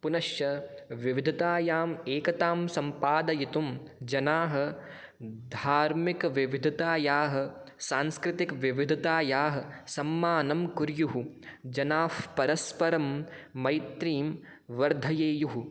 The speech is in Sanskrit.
पुनश्च विविधतायाम् एकतां सम्पादयितुं जनाः धार्मिकविविधतायाः सांस्कृतिकविविधतायाः सम्माननं कुर्युः जनाः परस्परं मैत्रीं वर्धयेयुः